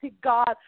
God